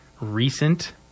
recent